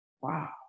wow